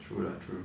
true lah true